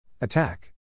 Attack